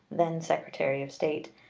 then secretary of state,